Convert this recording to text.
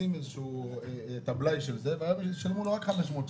עושים חישוב של הבלאי וישלמו לו רק 500 שקל.